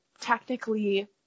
technically